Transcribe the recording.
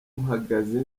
mpagaze